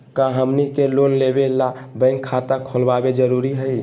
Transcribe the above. का हमनी के लोन लेबे ला बैंक खाता खोलबे जरुरी हई?